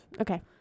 Okay